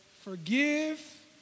forgive